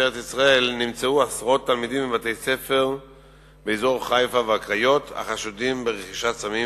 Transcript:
נמצאים בתחום בתי-הספר היסודיים הרחוקים.